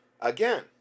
Again